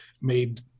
made